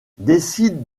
décide